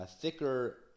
thicker